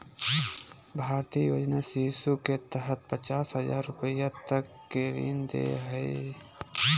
भारतीय योजना शिशु के तहत पचास हजार रूपया तक के ऋण दे हइ